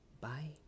bye